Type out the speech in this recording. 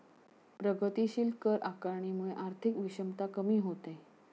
प्रगतीशील कर आकारणीमुळे आर्थिक विषमता कमी होते